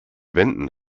wänden